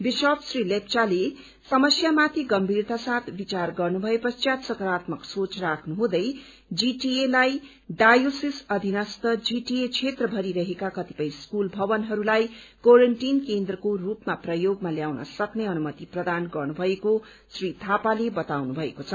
bishop Shri लेप्चाले समस्यामाथि गम्मीरता साथ विचार गर्नु भए पश्चात सकारात्मक सोच राख्नुहुँदै जीटीएलाई डायोसिस अधीनस्थ जीटीए क्षेत्रभरि रहेका कतिपय स्कूल भवनहरूलाई क्वारान्टाइन केन्द्रको रूपमा प्रयोगमा ल्याउन सक्ने अनुमति प्रदान गर्नभएको छ श्री थापाले बताउनु भएको छ